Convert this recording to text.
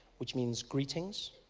which means greetings.